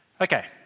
Okay